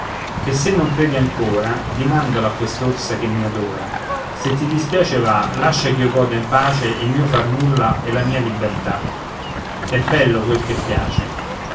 che se non credi ancora dimandalo a quest'orsa che mi adora se ti dispiace va lascia ch'io goda in pace il mio far nulla e la mia libertà è bello quel che piace